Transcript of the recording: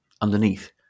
underneath